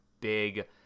big